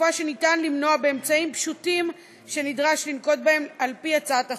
חשיפה שניתן למנוע באמצעים פשוטים שנדרש לנקוט לפי הצעת החוק.